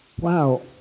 wow